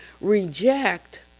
reject